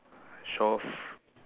shore f~